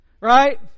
Right